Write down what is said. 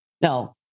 Now